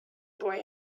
boy